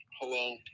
Hello